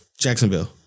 Jacksonville